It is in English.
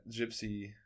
gypsy